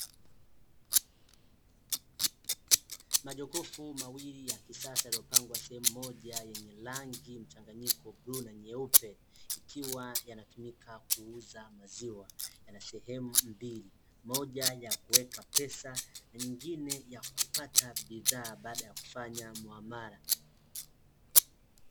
Majokofu mawili ya kisasa yaliopangwa sehemu moja, yenye rangi mchanganyiko bluu na nyeupe; ikiwa yanatumika kuuza maziwa, yana sehemu mbili, moja ya kuweka pesa na nyingine ya kupata bidhaa baada ya kufanya muamala.